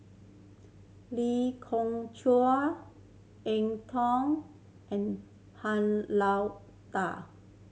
Lee Khoon Choy Eng Tow and Han Lao Da